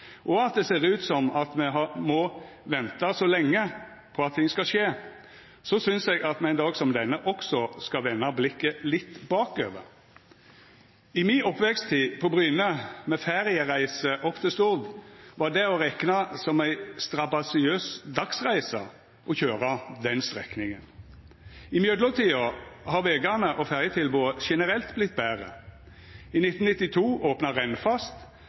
og at det ser ut som om me må venta lenge på at ting skal skje, synest eg at me på ein dag som denne også skal venda blikket litt bakover: I mi oppveksttid på Bryne, med feriereiser opp til Stord, var det å rekna som ei strabasiøs dagsreise å køyra den strekninga. I mellomtida har vegane og ferjetilbodet generelt vorte betre. I 1992 opna